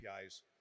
APIs